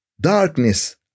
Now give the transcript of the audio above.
darkness